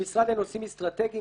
המשרד לנושאים אסטרטגיים,